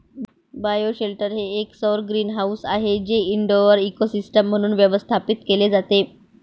bioshelter हे एक सौर ग्रीनहाऊस आहे जे इनडोअर इकोसिस्टम म्हणून व्यवस्थापित केले जाते